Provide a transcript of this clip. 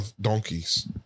Donkeys